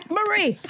Marie